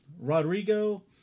Rodrigo